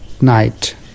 night